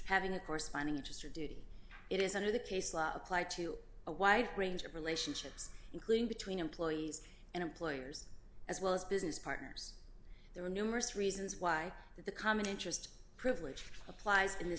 having a corresponding interest or duty it is under the case law apply to a wide range of relationships including between employees and employers as well as business partners there are numerous reasons why the common interest privilege applies in this